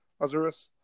Azurus